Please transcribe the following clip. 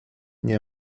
nie